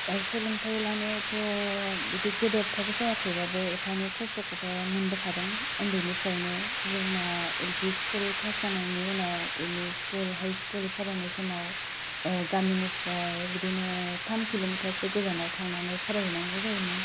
सोलोंथाइ लानायावथ' बिदि गेदेथथार जायाखैबाबो एफा एनै खस्त'खौ'थ' मोनबोखादों ओन्दैनिफ्रायनो जोंना एलपि स्कुल पास जानायनि उनाव एमइ स्कुल हाइ स्कुल फरायनाय समाव ओह गामिनिफ्राय बिदिनो थाम किल' मिटारसो गोजानाव थांनानै फरायहैनांगौ जायोमोन